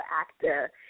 actor